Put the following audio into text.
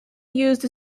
used